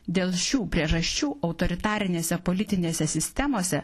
dėl šių priežasčių autoritarinėse politinėse sistemose